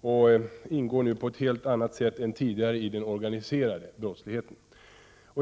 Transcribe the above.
och ingår nu på ett helt annat sätt än tidigare i den organiserade brottsligheten.